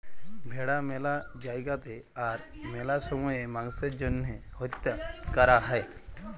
ভেড়া ম্যালা জায়গাতে আর ম্যালা সময়ে মাংসের জ্যনহে হত্যা ক্যরা হ্যয়